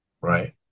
Right